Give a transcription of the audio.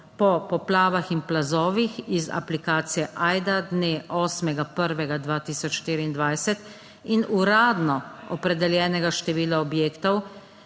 po poplavah in plazovih iz aplikacije Ajda, dne 8. 1. 2024, in uradno opredeljenega števila objektov,